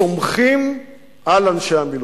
סומכים על אנשי המילואים,